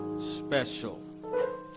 special